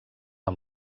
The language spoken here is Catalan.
amb